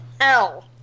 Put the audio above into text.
hell